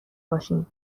باشین